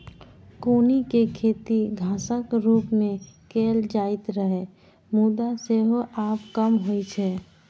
कौनी के खेती घासक रूप मे कैल जाइत रहै, मुदा सेहो आब कम होइ छै